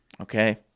okay